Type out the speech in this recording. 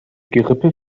gerippe